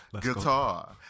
guitar